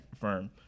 firm